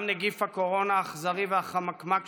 גם נגיף הקורונה האכזרי והחמקמק,